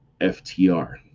FTR